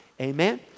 amen